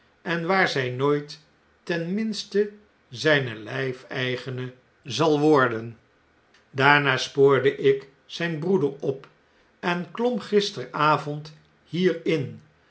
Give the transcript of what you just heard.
en waar zij nooit ten minste zijne lijfeigene zal worden daarna spoorde ik zijn broeder op en klom gisteravond hier